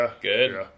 good